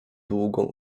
długą